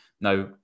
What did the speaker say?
Now